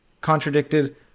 contradicted